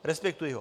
Respektuji ho.